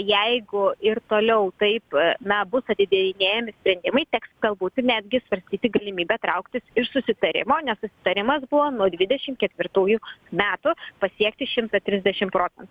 jeigu ir toliau taip na bus atidėjinėjami sprendimai teks galbūt netgi svarstyti galimybę trauktis iš susitarimo nes susitarimas buvo nuo dvidešimt ketvirtųjų metų pasiekti šimtą trisdešimt procentų